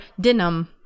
denim